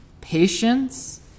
patience